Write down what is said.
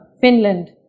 Finland